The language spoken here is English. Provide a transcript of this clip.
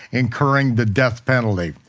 incurring the death penalty.